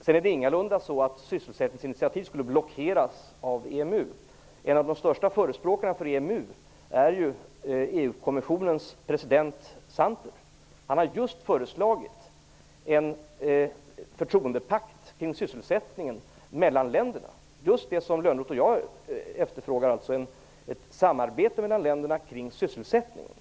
Sedan är det ingalunda så att sysselsättningsinitiativ skulle blockeras av EMU. En av de största förespråkarna för EMU är ju EU-kommissionens president Santers. Han har just föreslagit en förtroendepakt mellan länderna kring sysselsättningen - just det som Lönnroth och jag efterfrågar, nämligen ett samarbete mellan länderna kring sysselsättningen.